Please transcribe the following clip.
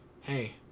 hey